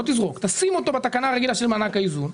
לא תזרוק אלא תשים אותו בתקנה הרגילה של מענק האיזון,